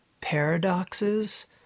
paradoxes